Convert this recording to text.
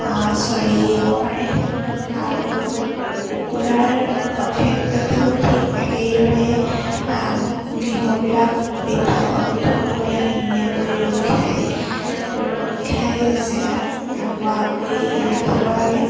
চৰিব পাৰে আৰু কুকুৰাৰ ক্ষেত্ৰতো ঠিক একেইদৰে গৃহবিলাক পৃথক পৃথক কৰি আমি ধুনীয়াকৈ ৰ'দ ঘাই ৰ'দ ঘাই জেগাত ৰখোৱাকৈ ৰাখিব লাগে